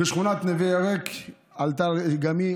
ושכונת נווה ירק עלתה גם היא,